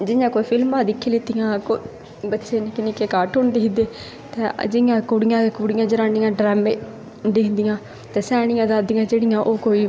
जियां कोई फिल्मां दिक्खी लेइयां बच्चे निक्के निक्के कॉर्टुन दिक्खी लैंदे जियां कुड़ियां जरानियां ड्रामें ते सेआनियां दादियां जेह्ड़ियां ओह् कोई